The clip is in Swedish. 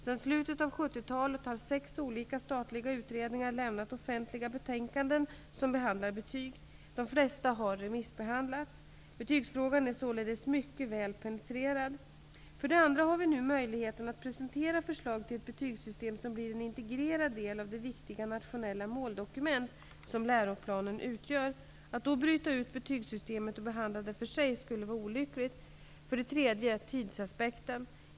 Sedan slutet av 1970-talet har sex olika statliga utredningar lämnat offentliga betänkanden som behandlar betyg. De flesta har remissbehandlats. Betygsfrågan är således mycket väl penetrerad. För det andra har vi nu möjligheten att presentera förslag till ett betygssystem som blir en integrerad del av det viktiga nationella måldokument som läroplanen utgör. Att då bryta ut betygssystemet och behandla det för sig skulle vara olyckligt. För det tredje tidsaspekten.